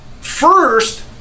first